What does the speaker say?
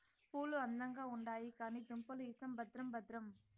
పూలు అందంగా ఉండాయి కానీ దుంపలు ఇసం భద్రం భద్రం